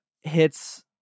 hits